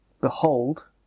behold